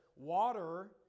water